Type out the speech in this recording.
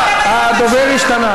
הדובר התחלף.